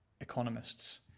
economists